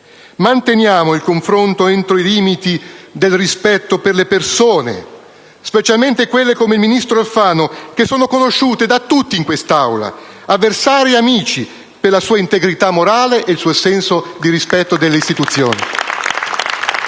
Manteniamo il confronto entro i limiti del rispetto per le persone, specialmente quelle come il ministro Alfano, conosciuto da tutti in quest'Aula, avversari e amici, per la sua integrità morale e il suo senso di rispetto delle istituzioni.*(Applausi